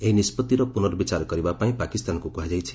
ଏହି ନିଷ୍ପଭିର ପୁନର୍ବଚାର କରିବା ପାଇଁ ପାକିସ୍ତାନକୁ କୁହାଯାଇଛି